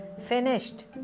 finished